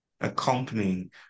accompanying